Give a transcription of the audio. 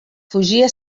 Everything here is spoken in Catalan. fugia